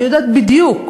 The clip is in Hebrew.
אני יודעת בדיוק.